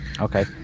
Okay